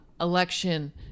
election